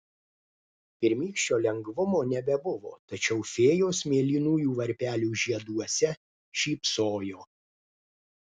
pirmykščio lengvumo nebebuvo tačiau fėjos mėlynųjų varpelių žieduose šypsojo